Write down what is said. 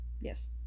Yes